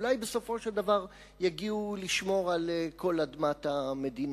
אולי בסופו של דבר יגיעו לשמור על כל אדמת המדינה.